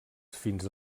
fins